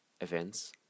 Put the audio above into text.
events